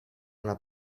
una